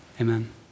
amen